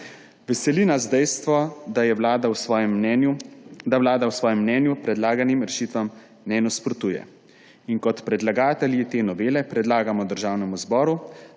Veseli nas dejstvo, da Vlada v svojem mnenju predlaganim rešitvam ne nasprotuje. Kot predlagatelji te novele predlagamo državnemu zboru,